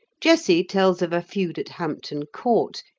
jesse tells of a feud at hampton court,